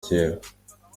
cyera